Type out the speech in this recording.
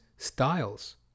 styles